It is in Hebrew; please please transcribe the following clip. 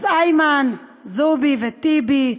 אז איימן, זועבי וטיבי,